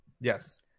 Yes